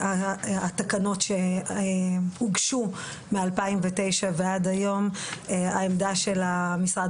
מהתקנות שהוגשו ב-2009 ועד היום העמדה של המשרד